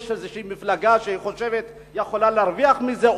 יש איזו מפלגה שחושבת שהיא יכולה להרוויח מזה,